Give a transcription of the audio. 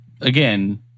again